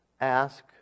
ask